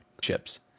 Chips